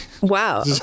Wow